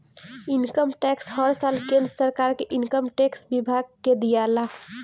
income tax हर साल केंद्र सरकार के इनकम टैक्स विभाग के दियाला